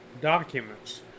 documents